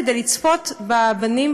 כדי לצפות בבנים,